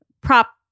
prop